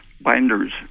binders